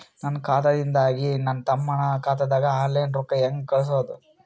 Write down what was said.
ನನ್ನ ಖಾತಾದಾಗಿಂದ ನನ್ನ ತಮ್ಮನ ಖಾತಾಗ ಆನ್ಲೈನ್ ರೊಕ್ಕ ಹೇಂಗ ಕಳಸೋದು?